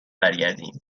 برگردیم